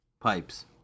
Pipes